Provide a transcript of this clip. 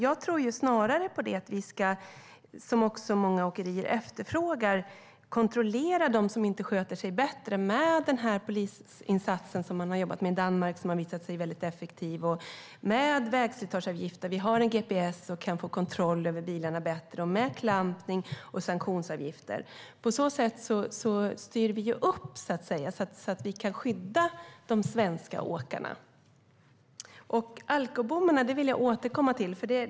Jag tror snarare att vi, som många åkerier efterfrågar, ska kontrollera dem som inte sköter sig bättre med en polisinsats som den man har jobbat med i Danmark som har visat sig väldigt effektiv och med vägslitageavgifter. Vi har gps och kan få kontroll över bilarna bättre med klampning och sanktionsavgifter. På så sätt styr vi upp så att vi kan skydda de svenska åkarna. Jag vill återkomma till alkobommarna.